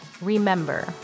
remember